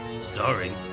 starring